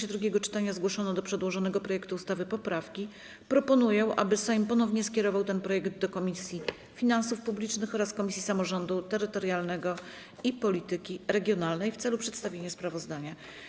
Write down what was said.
związku z tym, że w czasie drugiego czytania zgłoszono do przedłożonego projektu ustawy poprawki, proponuję, aby Sejm ponownie skierował ten projekt do Komisji Finansów Publicznych oraz Komisji Samorządu Terytorialnego i Polityki Regionalnej w celu przedstawienia sprawozdania.